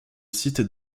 site